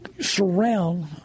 surround